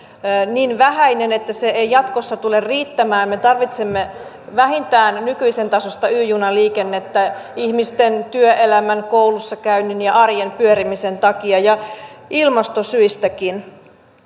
niin vähäinen että se ei jatkossa tule riittämään me tarvitsemme vähintään nykyisen tasoista y junaliikennettä ihmisten työelämän koulussakäynnin ja arjen pyörimisen takia ja ilmastosyistäkin